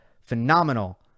phenomenal